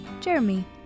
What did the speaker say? Jeremy